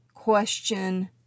question